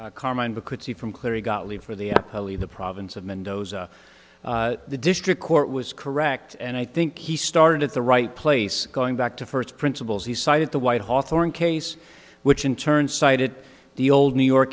you from clearly got leave for the the province of mendoza the district court was correct and i think he started at the right place going back to first principles he cited the white hawthorn case which in turn cited the old new york